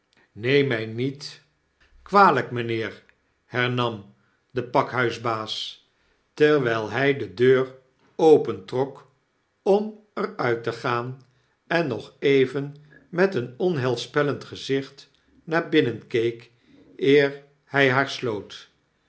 neem mij niet de diefstal ontdekt kwalijk meneer hernam de pakhuisbaas terwyl hij de deur opentrok om emit te gaan en nog even met een onheilspellend gezicht naar binnen keek eer hy haar sloot